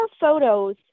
photos